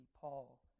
Paul